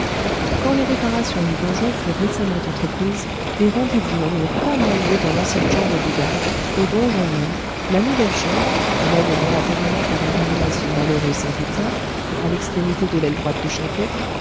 quand les réparations du donjon furent récemment entreprises les rendez-vous n'en eurent pas moins lieu dans l'ancienne chambre du garde au donjon même la nouvelle chambre qu'on avait momentanément abandonnée à ce malheureux serviteur à l'extrémité de l'aile droite du château